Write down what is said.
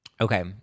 Okay